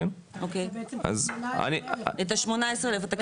אז --- את ה-18 אלף את הקשישים.